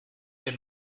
wir